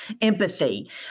Empathy